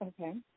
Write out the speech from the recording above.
Okay